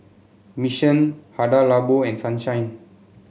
Mission Hada Labo and Sunshine